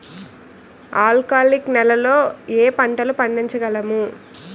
ఆల్కాలిక్ నెలలో ఏ పంటలు పండించగలము?